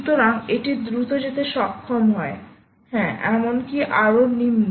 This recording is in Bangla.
সুতরাং এটি দ্রুত যেতে সক্ষম হয়হ্যাঁ এমনকি আরও নিম্ন